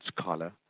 scholar